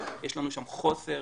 יש לנו שם חוסר,